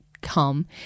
come